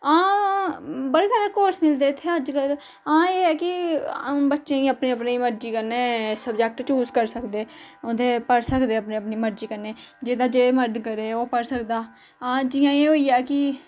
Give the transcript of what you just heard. हां बड़े सारे कोर्स मिलदे इत्थै अज्जकल हां एह् ऐ कि बच्चें गी अपनी अपनी मर्जी कन्नै सब्जेक्ट चूज करी सकदे ओह् ते पढ़ी सकदे अपनी अपनी मर्जी कन्नै जेह्दा जे मर्द करै ओह् पढ़ी सकदा हां जियां एह् होई गेआ कि